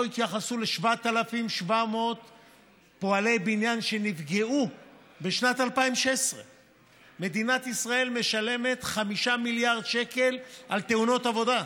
לא התייחסו ל-7,700 פועלי בניין שנפגעו בשנת 2016. מדינת ישראל משלמת 5 מיליארד שקל על תאונות עבודה.